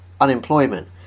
unemployment